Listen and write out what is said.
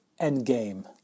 Endgame